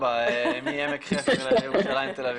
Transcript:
ואז זה יחזיר אותי לנסוע מכביש 4 מעמק חפר לירושלים או תל אביב.